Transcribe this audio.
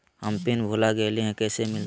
हम पिन भूला गई, कैसे मिलते?